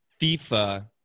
fifa